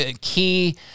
key